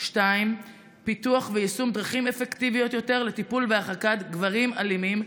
2. פיתוח ויישום דרכים אפקטיביות יותר לטיפול והרחקת גברים אלימים,